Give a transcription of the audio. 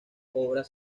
obras